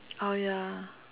oh ya